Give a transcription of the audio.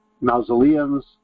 mausoleums